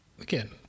again